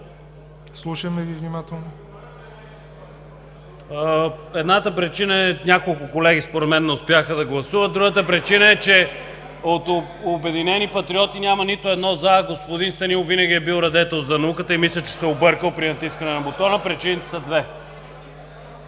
Едната причина според мен е, че няколко колеги не успяха да гласуват. Другата причина е, че от „Обединени патриоти“ няма нито едно „за“. Господин Станилов винаги е бил радетел за науката и мисля, че се е объркал при натискане на бутона. Причините са две.